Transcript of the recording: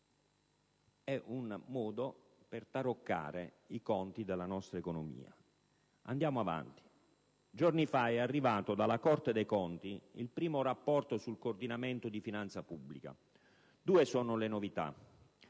È un modo per taroccare i conti della nostra economia. Ma andiamo avanti. Giorni fa è arrivato dalla Corte dei conti il primo rapporto sul coordinamento di finanza pubblica. Due sono le novità.